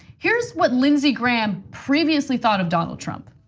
here's what lindsey graham previously thought of donald trump.